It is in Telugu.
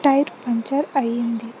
టైర్ పంక్చర్ అయ్యింది